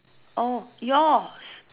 oh yours